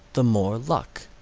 the more luck.